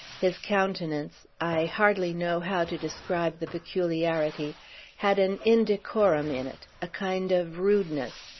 his countenance i hardly know how to describe the peculiarity had an indecorum in it, a kind of rudeness,